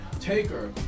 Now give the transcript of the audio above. Taker